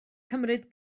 cymryd